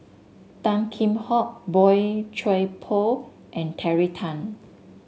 Tan Kheam Hock Boey Chuan Poh and Terry Tan